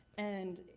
and.